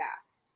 fast